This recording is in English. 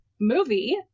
movie